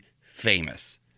famous